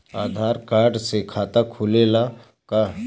आधार card से खाता खुले ला का?